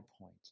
point